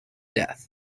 death